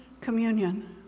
communion